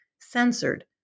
Censored